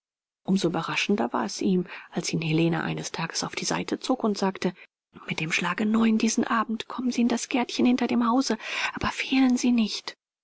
so überraschender war es ihm als ihn helene eines tages auf die seite zog und sagte mit dem schlage neun uhr diesen abend kommen sie in das gärtchen hinter dem hause aber fehlen sie nicht